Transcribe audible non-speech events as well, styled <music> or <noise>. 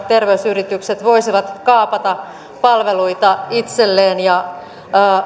<unintelligible> terveysyritykset voisivat kaapata palveluita itselleen ja